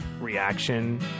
reaction